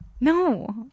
No